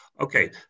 Okay